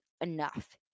enough